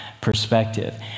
perspective